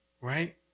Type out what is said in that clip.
right